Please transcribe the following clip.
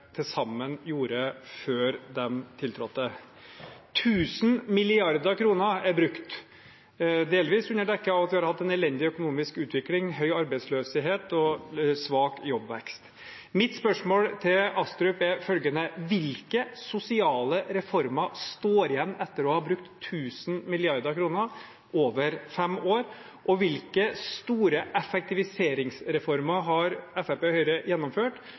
til sammen gjorde før de tiltrådte. 1 000 mrd. kr er brukt, delvis under dekke av at vi har hatt en elendig økonomisk utvikling, høy arbeidsløshet og svak jobbvekst. Mitt spørsmål til Astrup er følgende: Hvilke sosiale reformer står igjen etter at man har brukt 1 000 mrd. kr over fem år, og hvilke store effektiviseringsreformer har Fremskrittspartiet og Høyre gjennomført